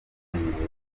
naratunguwe